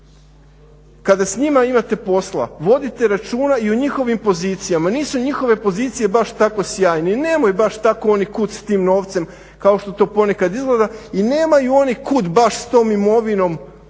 Kada s njima imate posla vodite računa i o njihovim pozicijama. Nisu njihove pozicije baš tako sjajne i nemaju baš tako kuda s tim novcem kao što ponekad izgleda i nemaju oni kuda baš s tom imovinom